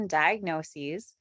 diagnoses